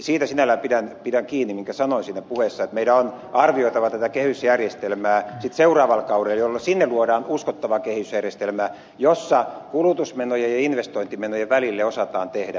siitä sinällään pidän kiinni minkä sanoin siinä puheessa että meidän on arvioitava tätä kehysjärjestelmää sitten seuraavalla kaudella jolloin sinne luodaan uskottava kehysjärjestelmä jossa kulutusmenojen ja investointimenojen välille osataan tehdä ero